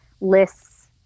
lists